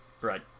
Right